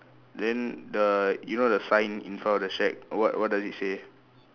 then the you know the sign in front of the shack what what does it say